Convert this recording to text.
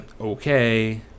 okay